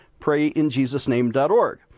PrayInJesusName.org